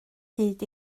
hyd